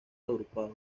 agrupados